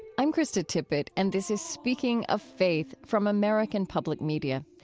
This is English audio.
i'm krista tippett and this is speaking of faith from american public media.